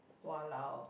!walao!